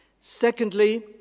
Secondly